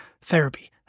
therapy